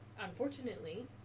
unfortunately